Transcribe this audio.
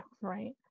Right